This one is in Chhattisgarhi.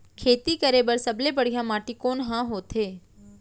खेती करे बर सबले बढ़िया माटी कोन हा होथे?